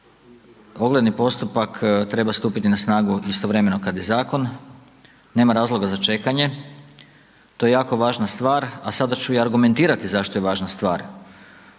ogledni postupak treba stupiti na snagu istovremeno kad i zakon, nema razloga za čekanje to je jako važna stvar, a sada ću i argumentirati zašto je važna stvar.